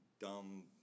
dumb